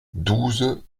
douze